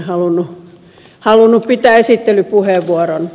hiltunen halunnut käyttää esittelypuheenvuoron